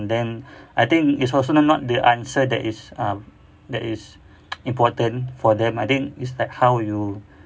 then I think it's also not the answer that is uh that is important for them I think it's like how you